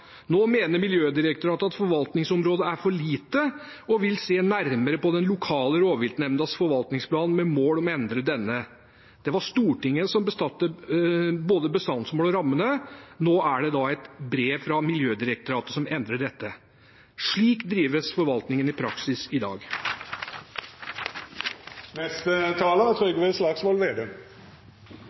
Nå mener Miljødirektoratet at forvaltningsområdet er for lite og vil se nærmere på den lokale rovviltnemndas forvaltningsplan, med mål om å endre denne. Det var Stortinget som satte både bestandsmålet og rammene. Nå er det et brev fra Miljødirektoratet som endrer dette. Slik drives forvaltningen i praksis i dag. Alle vi som har hatt beitedyr, vet at når man har beitedyr, er